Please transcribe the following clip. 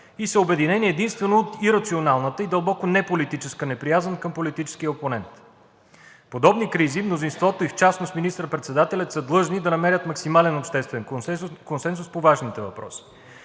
и са обединени единствено от ирационалната и дълбоко неполитическа неприязън към политическия опонент. В подобни кризи мнозинството и в частност министър-председателят са длъжни да намерят максимален обществен консенсус по важните въпроси.